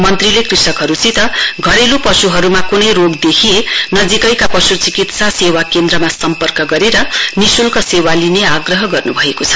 मन्त्रीले कृषकहरुसित घरेल् पशुहरुमा कुनै रोग देखिए नजीकैको पशुचिकित्सा सेवा केन्द्रमा सम्पर्क गरेर निशुल्क सेवा लिने आग्रह गर्नु भएको छ